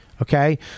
Okay